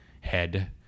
head